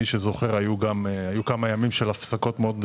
מי שזוכר, היו כמה ימים של הפסקות מאוד נרחבות,